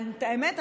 האמת,